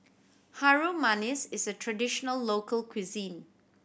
Harum Manis is a traditional local cuisine